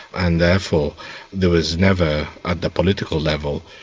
and therefore there was never, at the political level,